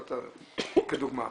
כדוגמה.